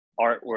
artwork